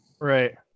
Right